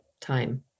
time